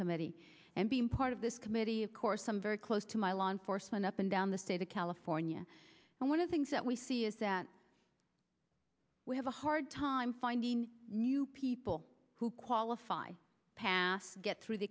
committee and being part of this committee of course some very close to my law enforcement up and down the state of california and one of the things that we see is that we have a hard time finding new people who qualify past get through the